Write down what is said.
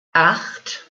acht